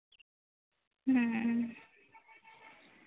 ᱦᱮᱸ